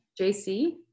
JC